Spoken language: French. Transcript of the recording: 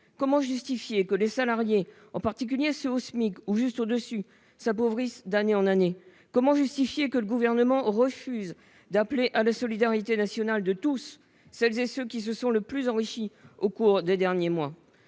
Comment justifier que les salariés, en particulier ceux au SMIC ou juste au-dessus, s'appauvrissent d'année en année ? Comment justifier que le Gouvernement refuse d'appeler à la solidarité nationale de tous, y compris de celles et ceux qui se sont le plus enrichis au cours des derniers mois ?